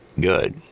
good